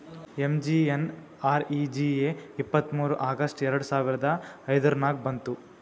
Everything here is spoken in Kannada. ಎಮ್.ಜಿ.ಎನ್.ಆರ್.ಈ.ಜಿ.ಎ ಇಪ್ಪತ್ತ್ಮೂರ್ ಆಗಸ್ಟ್ ಎರಡು ಸಾವಿರದ ಐಯ್ದುರ್ನಾಗ್ ಬಂತು